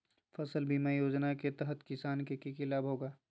फसल बीमा योजना के तहत किसान के की लाभ होगा?